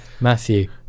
matthew